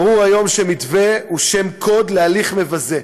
ברור היום ש"מתווה" הוא שם קוד להליך מבזה.